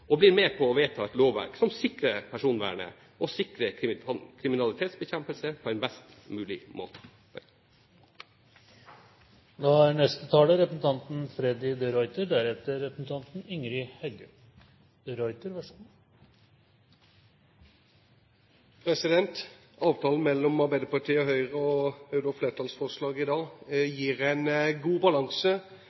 og blir med på å vedta et lovverk som sikrer personvernet og sikrer kriminalitetsbekjempelse på en best mulig måte. Avtalen mellom Arbeiderpartiet og Høyre som utgjør flertallsforslag i dag, gir en god balanse